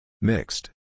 Mixed